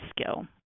skill